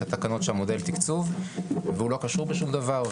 את התקנות של מודל התקצוב והוא לא קשור בשום דבר.